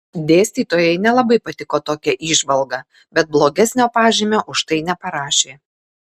dėstytojai nelabai patiko tokia įžvalga bet blogesnio pažymio už tai neparašė